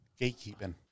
Gatekeeping